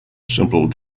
simple